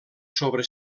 sobre